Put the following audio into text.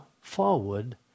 forward